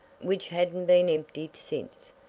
which hadn't been emptied since.